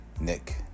Nick